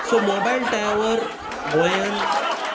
so mobile tower गोंयान